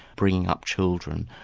bringing up children,